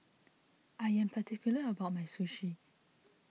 I am particular about my Sushi